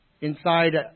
inside